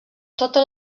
totes